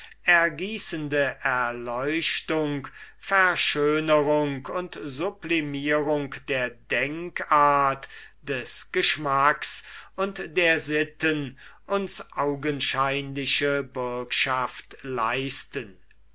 ergießenden erleuchtung verschönerung und sublimierung der denkart des geschmacks und der sitten uns sichre bürgschaft leistet